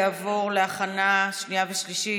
היא תעבור להכנה שנייה ושלישית,